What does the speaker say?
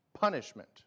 punishment